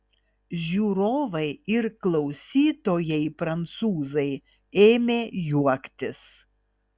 žiūrovai ir klausytojai prancūzai ėmė juoktis